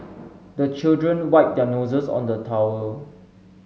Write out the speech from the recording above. the children wipe their noses on the towel